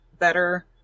better